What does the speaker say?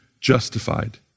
justified